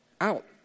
Out